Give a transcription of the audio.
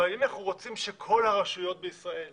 אבל אם אנחנו רוצים שכל הרשויות בישראל